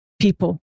people